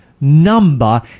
number